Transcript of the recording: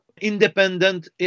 independent